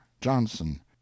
Johnson